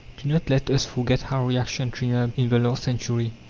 do not let us forget how reaction triumphed in the last century.